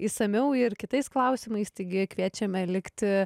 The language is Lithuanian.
išsamiau ir kitais klausimais taigi kviečiame likti